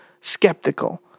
skeptical